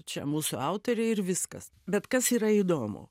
čia mūsų autoriai ir viskas bet kas yra įdomu